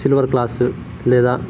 silver class లేదా